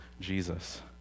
Jesus